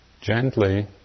gently